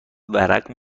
ورق